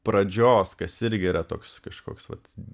pradžios kas irgi yra toks kažkoks vat